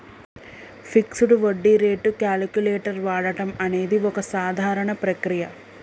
fixed వడ్డీ rate calculator వాడడం అనేది ఒక సాధారణ ప్రక్రియ